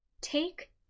take